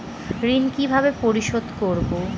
ঋণ কিভাবে পরিশোধ করব?